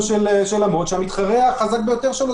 יכול להיות שתעלה איזו שהיא בעיה ונחשוב שאנחנו צריכים להאריך אותו.